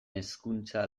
hezkuntza